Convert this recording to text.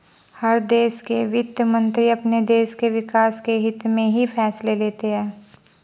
हर देश के वित्त मंत्री अपने देश के विकास के हित्त में ही फैसले लेते हैं